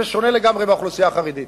זה שונה לגמרי מהאוכלוסייה החרדית.